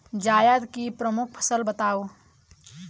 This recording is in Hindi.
जायद की प्रमुख फसल बताओ